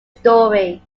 story